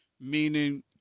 Meaning